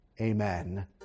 Amen